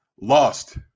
lost